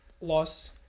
loss